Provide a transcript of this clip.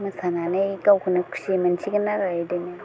मोसानानै गावखौनो खुसि मोनसिगोन आरो बिदिनो